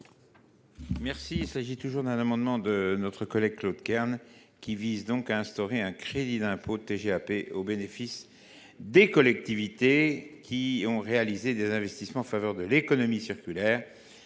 n° I 133 rectifié. Cet amendement de notre collègue Claude Kern vise à instaurer un crédit d’impôt de TGAP au bénéficie des collectivités ayant réalisé des investissements en faveur de l’économie circulaire.